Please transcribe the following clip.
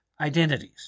identities